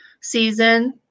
season